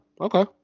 okay